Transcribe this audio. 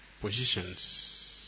Positions